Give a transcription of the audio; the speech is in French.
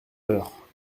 l’heure